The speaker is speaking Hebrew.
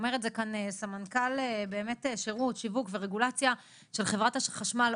אומר את זה כאן סמנכ"ל שירות שיווק ורגולציה של חברת החשמל,